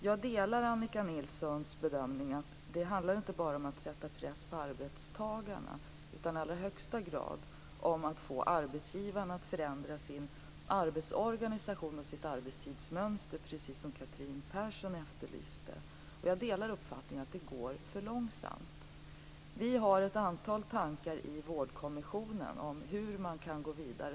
Jag delar Annika Nilssons bedömning att det inte bara handlar om att sätta press på arbetstagarna utan också i allra högsta grad gäller att få arbetsgivarna att förändra sin arbetsorganisation och sitt arbetstidsmönster, såsom efterlystes av Catherine Persson. Jag delar uppfattningen att detta går för långsamt. Vi har i Vårdkommissionen ett antal tankar om hur man kan gå vidare.